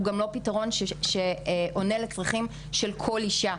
הוא גם לא פתרון שעונה לצרכים של כל אישה.